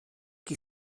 chi